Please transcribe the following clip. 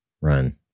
Run